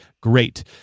Great